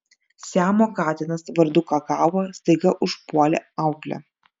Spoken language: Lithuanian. siamo katinas vardu kakao staiga užpuolė auklę